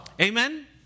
Amen